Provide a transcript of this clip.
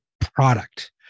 product